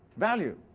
value.